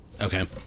Okay